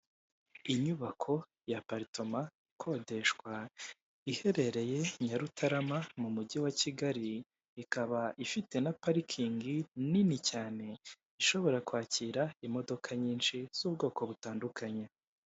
Inyubako ya aparitoma ikodeshwa iherereye Nyarutarama mu mujyi wa Kigali ikaba ifite na parikingi nini cyane ishobora kwakira imodoka nyinshi z'ubwoko butandukanye.